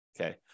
okay